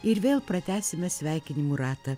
ir vėl pratęsime sveikinimų ratą